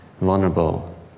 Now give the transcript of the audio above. vulnerable